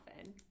often